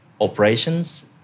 operations